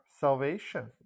salvation